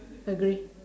agree